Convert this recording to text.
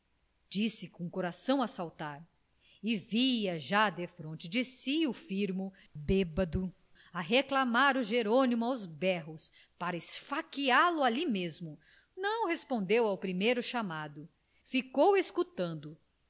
disse com o coração a saltar e via já defronte de si o firmo bêbado a reclamar o jerônimo aos berros para esfaqueá lo ali mesmo não respondeu ao primeiro chamado ficou escutando